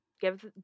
give